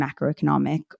macroeconomic